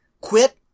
Quit